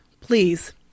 please